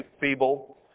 feeble